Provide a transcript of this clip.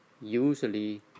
usually